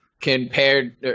compared